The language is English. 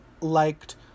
liked